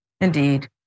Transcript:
Indeed